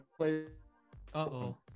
Uh-oh